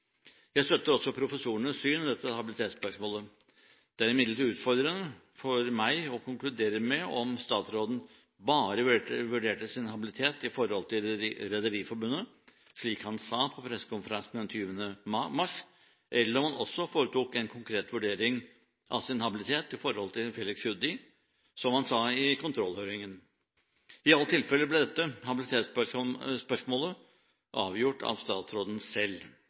Jeg støtter også professorenes syn i dette habilitetsspørsmålet. Det er imidlertid utfordrende for meg å konkludere med om statsråden bare vurderte sin habilitet i forhold til Rederiforbundet, slik han sa på pressekonferansen den 20. mars, eller om han også foretok en konkret vurdering av sin habilitet i forhold til Felix Tschudi, som han sa i kontrollhøringen. I alle tilfeller ble dette habilitetsspørsmålet avgjort av statsråden selv,